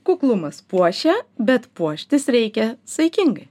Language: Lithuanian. kuklumas puošia bet puoštis reikia saikingai